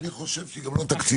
אני חושב שהיא גם לא תקציבית,